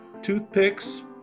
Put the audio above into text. Toothpicks